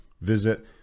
Visit